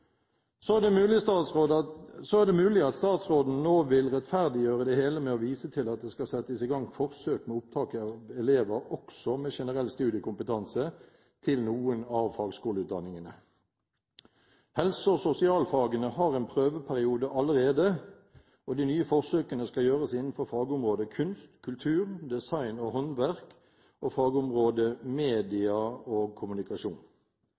Så er det mulig at statsråden nå vil rettferdiggjøre det hele med å vise til at det skal settes i gang forsøk med opptak av elever også med generell studiekompetanse til noen av fagskoleutdanningene. Helse- og sosialfagene har en prøveperiode allerede, og de nye forsøkene skal gjøres innenfor fagområdet kunst, kultur, design og håndverk og fagområdet media og kommunikasjon.